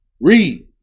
Read